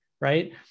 right